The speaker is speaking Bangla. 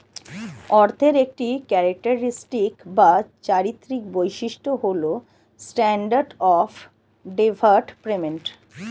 অর্থের একটি ক্যারেক্টারিস্টিক বা চারিত্রিক বৈশিষ্ট্য হল স্ট্যান্ডার্ড অফ ডেফার্ড পেমেন্ট